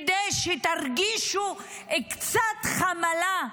כדי שתרגישו קצת חמלה,